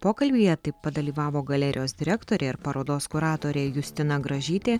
pokalbyje taip pat dalyvavo galerijos direktorė ir parodos kuratorė justina gražytė